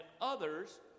others